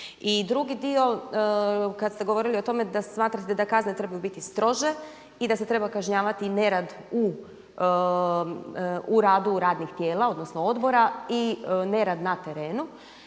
I drugi dio kad ste govorili o tome da smatrate da kazne trebaju biti strože i da se treba kažnjavati nerad u radu radnih tijela odnosno odbora i nerad na terenu.